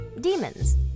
demons